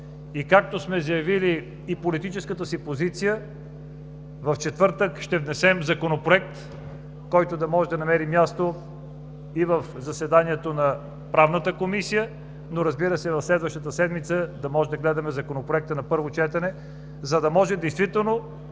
и както сме заявили политическата си позиция, в четвъртък ще внесем законопроект, който да намери място на заседание на Правната комисия, но, разбира се, в следващата седмица да можем да гледаме законопроекта на първо четене, за да може действително